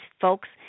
folks